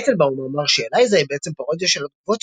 וייצנבאום אמר ש-ELIZA היא בעצם פרודיה של "התגובות